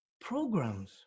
programs